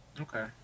Okay